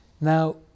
Now